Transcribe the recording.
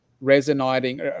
resonating